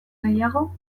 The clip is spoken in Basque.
gehiago